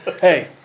hey